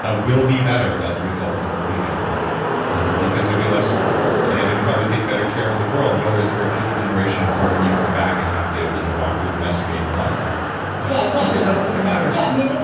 ah will be better as a result of believing that because you'll be less stressed. and you'll probably take better care of the world whether it's for a future generation or for when you come back and have to you know walk through the mess you made in your last life yeah, exactly it doesn't really matter yeah. i mean,